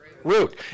root